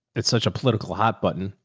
it's such a political hot button.